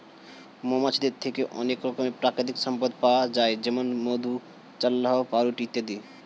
মৌমাছিদের থেকে অনেক রকমের প্রাকৃতিক সম্পদ পাওয়া যায় যেমন মধু, চাল্লাহ্ পাউরুটি ইত্যাদি